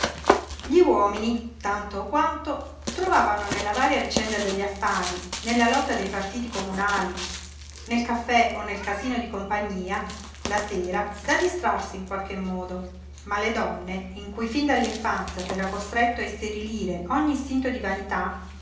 gli uomini tanto o quanto trovavano nella varia vicenda degli affari nella lotta dei partiti comunali nel caffè o nel casino di compagnia la sera da distrarsi in qualche modo ma le donne in cui fin dall'infanzia s'era costretto a isterilire ogni istinto di vanità